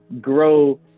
grow